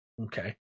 Okay